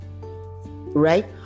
right